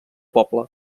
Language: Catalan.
poble